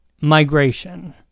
migration